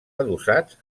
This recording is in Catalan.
adossats